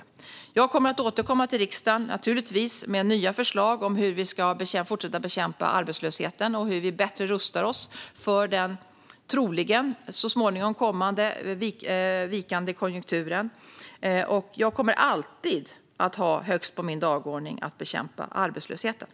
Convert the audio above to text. Jag kommer naturligtvis att återkomma till riksdagen med nya förslag om hur vi ska fortsätta att bekämpa arbetslösheten och om hur vi bättre rustar oss för den vikande konjunktur som troligen kommer så småningom. Jag kommer alltid att ha bekämpning av arbetslösheten högst upp på min dagordning.